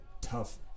tough